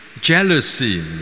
jealousy